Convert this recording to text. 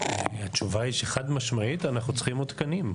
התשובה היא שחד משמעית אנחנו צריכים עוד תקנים.